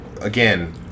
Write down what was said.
again